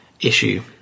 issue